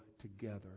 together